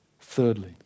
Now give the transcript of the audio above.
Thirdly